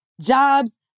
jobs